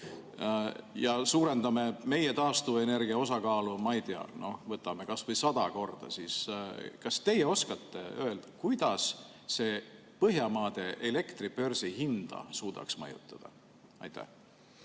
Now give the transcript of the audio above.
ja suurendame meie taastuvenergia osakaalu, ma ei tea, kas või sada korda, siis kas teie oskate öelda, kuidas see Põhjamaade elektribörsihinda suudaks mõjutada? Aitäh,